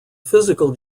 physical